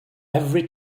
every